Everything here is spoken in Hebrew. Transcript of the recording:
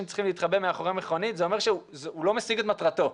צריכים להתחבא מאחרי מכונית זה אומר שהוא לא משיג את מטרתו.